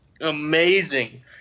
amazing